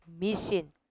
Mission